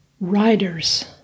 Riders